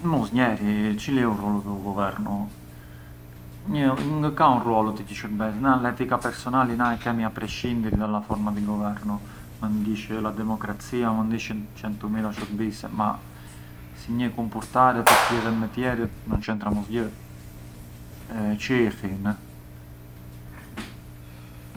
Mosnjeri, çili ë u ruolu di u governu, ngë ka un ruolu te kji shurbes, na l’etica personali na e kemi a prescindiri dalla forma di governo, mënd ish la democrazia, mënd ishën çentumila shurbise ma si një kumpurtaret e qillet me tjerët ngë centra mosgjë, çë i hin?